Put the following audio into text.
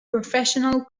professional